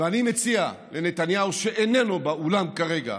ואני מציע לנתניהו, שאיננו באולם כרגע,